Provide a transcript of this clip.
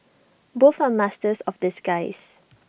both are masters of disguise